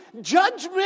judgment